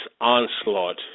onslaught